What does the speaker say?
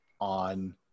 on